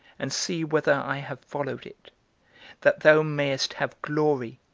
and see whether i have followed it that thou mayest have glory,